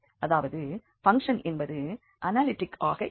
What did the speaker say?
அதாவது பங்க்ஷன் என்பது அனாலிட்டிக் ஆக இல்லை